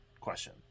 question